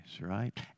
right